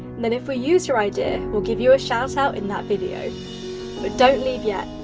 then if we use your idea we'll give you a shoutout in that video but don't leave yet,